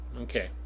Okay